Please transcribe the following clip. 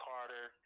Carter